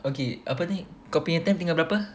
okay apa ni kau punya time tinggal berapa